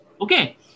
Okay